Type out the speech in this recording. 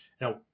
now